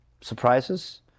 surprises